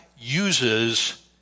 uses